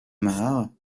mare